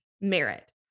merit